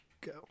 go